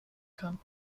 kann